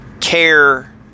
care